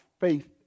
faith